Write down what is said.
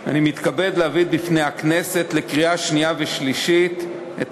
אני מתכבד להביא בפני הכנסת לקריאה שנייה ושלישית את